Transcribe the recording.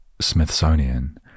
Smithsonian